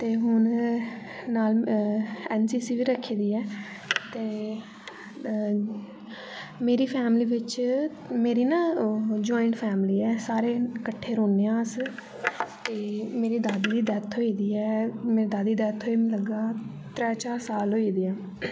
ते हून N C C बी रखी दी ऐ ते मेरी फैमली बिच मेरी ना ज्वाइंट फैमली ऐ सारे कट्ठे रौह्ने आं अस ते मेरे दादू दी डेथ होए दी ऐ मेरी दादी दी डेथ होई दी ऐ ते मी लगदा त्रैऽ चार साल होई दे ऐ